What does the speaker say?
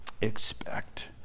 expect